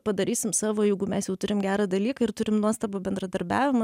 padarysim savo jeigu mes jau turim gerą dalyką ir turim nuostabų bendradarbiavimą